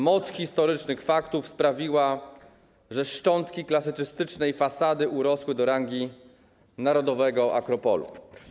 Moc historycznych faktów sprawiła, że szczątki klasycystycznej fasady urosły do rangi narodowego Akropolu.